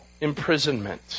imprisonment